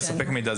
לספק מידע.